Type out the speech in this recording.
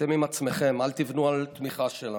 אתם עם עצמכם, אל תבנו על התמיכה שלנו.